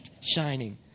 shining